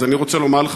אז אני רוצה לומר לך,